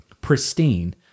pristine